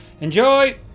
enjoy